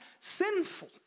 sinful